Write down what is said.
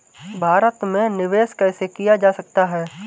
भारत में निवेश कैसे किया जा सकता है?